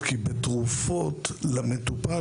שלום,